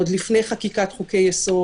עוד לפני חקיקת חוקי יסוד,